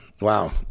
wow